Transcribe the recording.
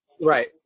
Right